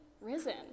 risen